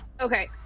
Okay